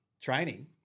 training –